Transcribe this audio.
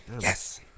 Yes